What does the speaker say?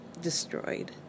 destroyed